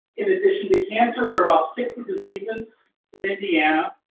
in addition to cancer, there are about sixty diseases in indiana.